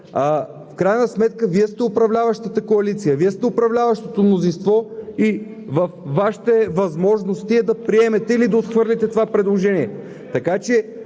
в крайна сметка Вие сте управляващата коалиция, Вие сте управляващото мнозинство и е във Вашите възможности да приемете или отхвърлите това предложение.